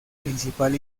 principal